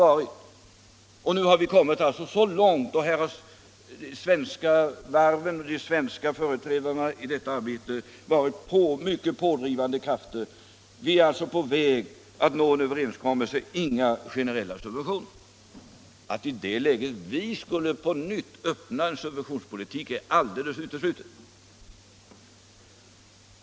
Nu har vi alltså för det första kommit så långt — och härvid har de svenska varven och de svenska företrädarna i detta arbete varit i hög grad pådrivande krafter — att vi är på väg att nå en överenskommelse om att inga generella subventioner skall lämnas. Att vi i det läget på nytt skulle öppna en subventionspolitik är alldeles uteslutet.